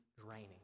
draining